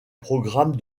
programme